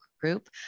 group